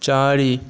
चारि